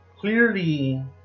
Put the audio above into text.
clearly